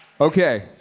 Okay